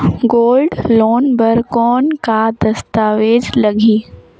Gold loan बर कौन का दस्तावेज लगही?